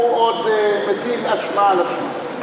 הוא עוד מטיל אשמה על השוק.